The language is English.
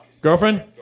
girlfriend